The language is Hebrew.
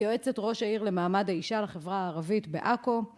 יועצת ראש העיר למעמד האישה לחברה הערבית בעכו